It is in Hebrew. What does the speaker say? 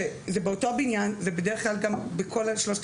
שזה באותו בניין ובדרך כלל בכל שלושת